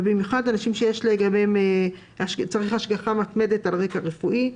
ובמיוחד אנשים שמצריכים השגחה מתמדת על רקע רפואי.